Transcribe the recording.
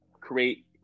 create